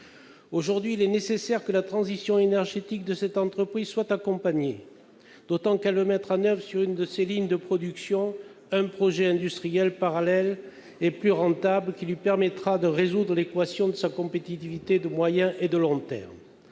Aujourd'hui, il est nécessaire que la transition énergétique de cette entreprise soit accompagnée, d'autant qu'elle veut mettre en oeuvre, sur l'une de ses lignes de production, un projet industriel parallèle plus rentable, qui lui permettra de résoudre l'équation de sa compétitivité à moyen et long termes.